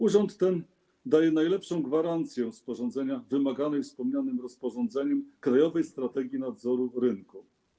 Urząd ten daje najlepszą gwarancję sporządzenia wymaganych we wspomnianym rozporządzeniu krajowej strategii nadzoru rynku.